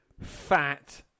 fat